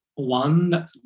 One